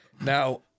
Now